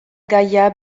gaia